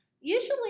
usually